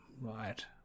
Right